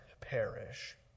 perish